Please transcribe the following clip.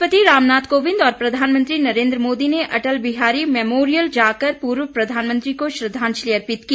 राष्ट्रपति रामनाथ कोविंद और प्रधानमंत्री नरेंद्र मोदी ने अटल बिहारी मेमरियल जाकर पूर्व प्रधानमंत्री को श्रद्धांजलि अर्पित की